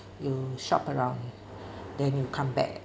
you shop around then you come back